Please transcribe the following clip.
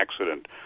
accident